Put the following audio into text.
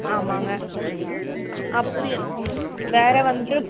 ஆமாங்க அப்போ வேறே வந்து